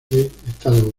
estados